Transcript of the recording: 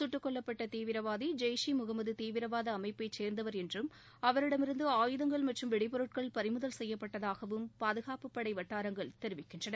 சுட்டுக்கொல்லப்பட்ட தீவிரவாதி ஜெய் ஷே முகம்மது தீவிரவாத அமைப்பை சேர்ந்தவன் என்றும் அவளிடமிருந்து ஆயுதங்கள் மற்றும் வெடிப்பொருட்கள் பறிமுதல் செய்யப்பட்டதாகவும் பாதுகாப்புப்படை வட்டாரங்கள் தெரிவிக்கின்றன